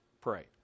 pray